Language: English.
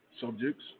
subjects